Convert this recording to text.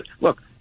Look